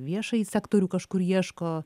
viešąjį sektorių kažkur ieško